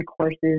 courses